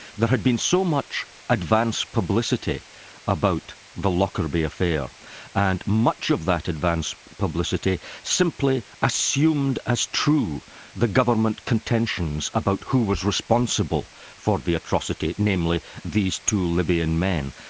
had been so much advance publicity about the lockerbie affair and much of that advance publicity simply assumed as true the government contentions about who was responsible for the atrocity, namely these two libyan men,